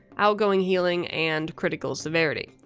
outgoing healing, and critical severity.